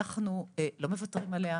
אנחנו לא מוותרים עליה.